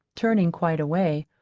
turning quite away.